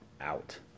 out